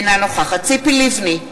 אינה נוכחת ציפי לבני,